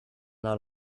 that